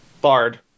Bard